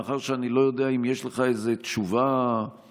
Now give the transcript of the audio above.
מאחר שאני לא יודע אם יש לך איזה תשובה לשלוף